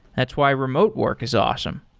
that's why remote work is awesome.